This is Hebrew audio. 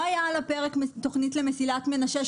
לא הייתה על הפרק תוכנית למסילת מנשה,